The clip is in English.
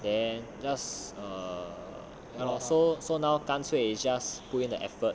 then just err so so now 干脆 just put in the effort